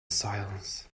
silence